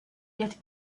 yet